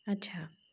अच्छा